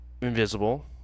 invisible